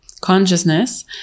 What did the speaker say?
consciousness